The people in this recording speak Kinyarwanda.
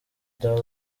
that